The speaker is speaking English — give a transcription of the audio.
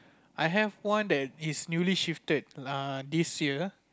I have one that is newly shifted err this year